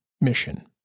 mission